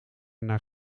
naar